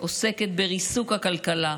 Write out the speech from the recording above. עוסקת בריסוק הכלכלה,